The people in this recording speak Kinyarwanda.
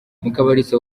mukabalisa